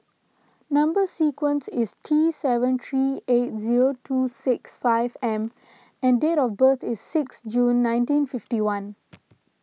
Number Sequence is T seven three eight zero two six five M and date of birth is six June nineteen fifty one